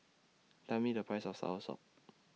Tell Me The Price of Soursop